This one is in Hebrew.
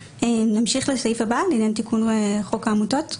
נמשיך לסעיף הבא בעניין תיקון חוק העמותות.